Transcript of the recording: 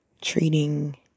treating